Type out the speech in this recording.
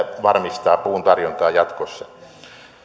varmistaa puun tarjontaa jatkossa